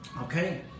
Okay